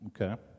Okay